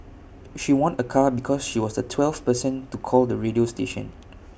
she won A car because she was the twelfth person to call the radio station